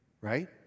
Right